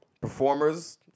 performers